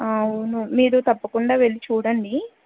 అవును మీరు తప్పకుండా వెళ్ళి చూడండి